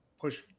push